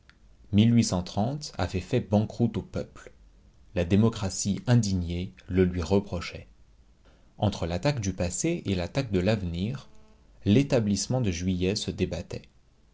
avait fait banqueroute au peuple la démocratie indignée le lui reprochait entre l'attaque du passé et l'attaque de l'avenir l'établissement de juillet se débattait